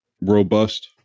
robust